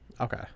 Okay